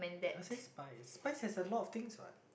I'll say Spize Spize have a lot of things what